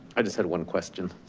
i just had one question,